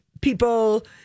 people